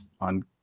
on